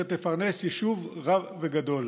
אשר תפרנס יישוב רב וגדול"